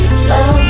slow